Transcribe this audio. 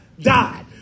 died